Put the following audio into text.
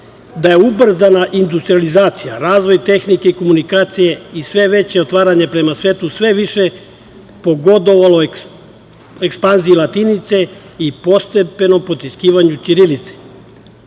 da je ubrzana industrijalizacija, razvoj tehnike i telekomunikacije i sve veće otvaranje prema svetu sve više pogodovalo ekspanziji latinice i postepenom potiskivanju ćirilice,